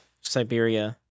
Siberia